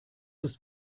ist